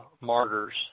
martyrs